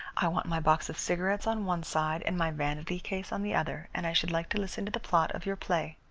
i want my box of cigarettes on one side and my vanity case on the other, and i should like to listen to the plot of your play.